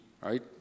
right